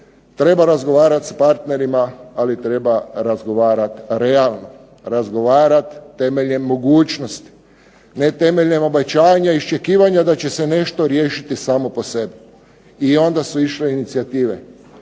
treba razgovarati s partnerima, ali treba razgovarati realno. Razgovarati temeljem mogućnosti, ne temeljem obećanja i iščekivanja da će se nešto riješiti samo po sebi. I onda su išle inicijative